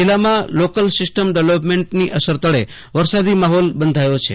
જીલ્લામાં local system development અસર તળે વરસાદી મહીલ બંધાયો છે